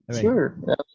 Sure